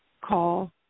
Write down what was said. call